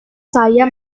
saya